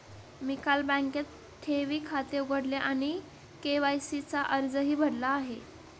मी काल बँकेत ठेवी खाते उघडले आणि के.वाय.सी चा अर्जही भरला आहे